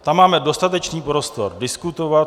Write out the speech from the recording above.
Tam máme dostatečný prostor diskutovat.